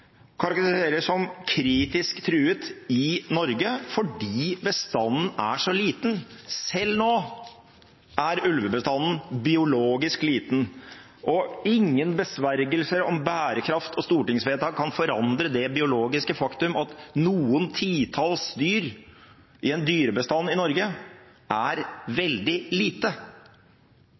som kritisk truet i Norge fordi bestanden er så liten. Selv nå er ulvebestanden biologisk liten, og ingen besvergelser om bærekraft og stortingsvedtak kan forandre det biologiske faktum at noen titalls dyr i en dyrebestand i Norge er veldig lite.